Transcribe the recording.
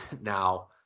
Now